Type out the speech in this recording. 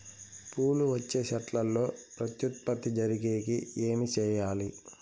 పూలు వచ్చే చెట్లల్లో ప్రత్యుత్పత్తి జరిగేకి ఏమి చేయాలి?